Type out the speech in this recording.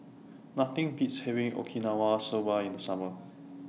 Nothing Beats having Okinawa Soba in The Summer